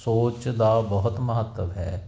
ਸੋਚ ਦਾ ਬਹੁਤ ਮਹੱਤਵ ਹੈ